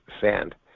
sand